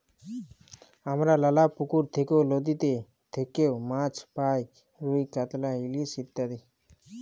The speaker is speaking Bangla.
হামরা লালা পুকুর থেক্যে, লদীতে থেক্যে মাছ পাই রুই, কাতলা, ইলিশ ইত্যাদি